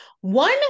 One